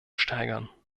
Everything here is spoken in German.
steigern